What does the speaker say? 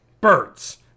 birds